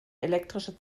elektrische